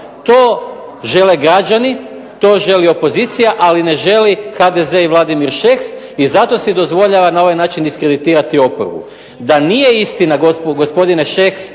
To žele građani, to želi opozicija, ali ne želi HDZ i Vladimir Šeks i zato si dozvoljava na ovaj način diskreditirati oporbu. Da nije istina, gospodine Šeks,